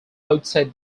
outside